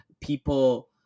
people